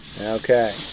Okay